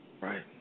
Right